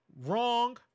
wrong